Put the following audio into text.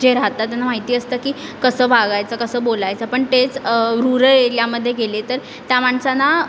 जे राहतात त्यांना माहिती असतं की कसं वागायचं कसं बोलायचं पण तेच रुरल एरियामध्ये गेले तर त्या माणसाना